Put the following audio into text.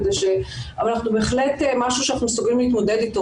אבל בהחלט משהו שאנחנו מסוגלים להתמודד איתו.